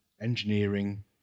engineering